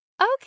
okay